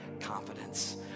confidence